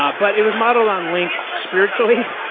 ah but it was modeled on link spiritually.